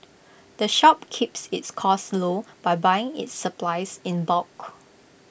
the shop keeps its costs low by buying its supplies in bulk